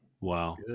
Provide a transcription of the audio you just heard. Wow